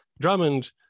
Drummond